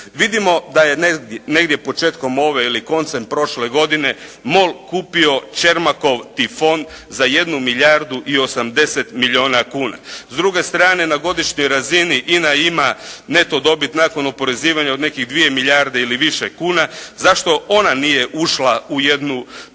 Vidimo da je negdje početkom ove ili koncem prošle godine MOL kupio Čermakov Tifon za 1 milijardu i 80 milijuna kuna. S druge strane na godišnjoj razini INA ima neto dobit nakon oporezivanja od nekih 2 milijarde ili više kuna. Zašto ona nije ušla u jednu takvu